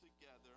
together